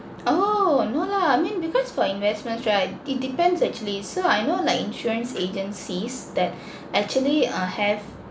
oh no lah I mean because for investments right it depends actually so I know like insurance agencies that actually uh have